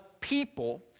people